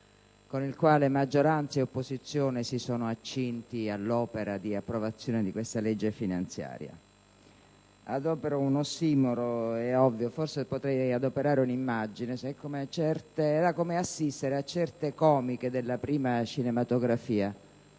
con il quale maggioranza e opposizione si sono accinte all'opera di approvazione di questo disegno di legge finanziaria. Adopero un ossimoro, è ovvio, e forse potrei adoperare un'immagine: è stato come assistere a certe comiche della prima cinematografia,